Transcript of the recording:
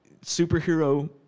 superhero